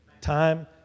Time